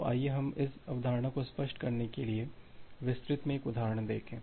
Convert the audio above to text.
तो आइए हम इस अवधारणा को स्पष्ट करने के लिए विस्तृत में एक उदाहरण देखें